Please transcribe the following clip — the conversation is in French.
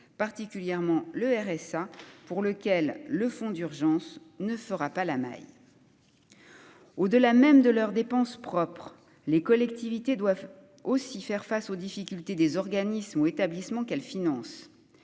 particulièrement le RSA pour lequel le fonds d'urgence ne fera pas la maille ou de la même de leurs dépenses propres, les collectivités doivent aussi faire face aux difficultés des organismes ou établissements qu'elle finance